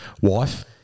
wife